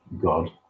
God